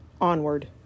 Onward